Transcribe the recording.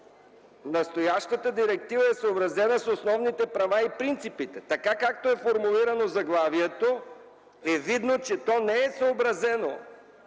настоящата директива е съобразена с основните права и принципите! Така както е формулирано заглавието, е видно, че то не е съобразено